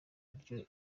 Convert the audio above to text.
buryo